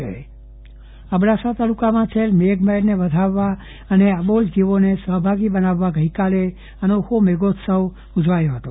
ચંદ્રવદન પટ્ટણી મેઘોત્સવ અબડાસા તાલુકામાં થયેલ મેઘ મહેરને વધાવવા અને અબોલ જીવોને સહભાગી બનાવવા ગઈકાલે અનોખો મેઘોત્સવ ઉજવાયો હતો